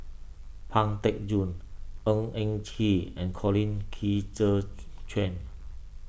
Pang Teck Joon Ng Eng Kee and Colin Qi Zhe Quan